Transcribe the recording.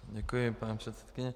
Děkuji, paní předsedkyně.